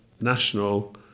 national